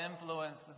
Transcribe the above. influence